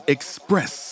Express